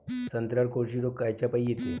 संत्र्यावर कोळशी रोग कायच्यापाई येते?